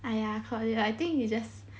!aiya! forget it I think you just